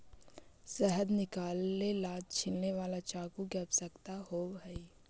शहद निकाले ला छिलने वाला चाकू की आवश्यकता होवअ हई